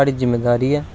साढ़ी जिमेदारी ऐ